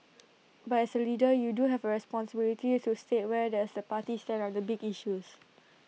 but as A leader you do have A responsibility to state where does the party stand on the big issues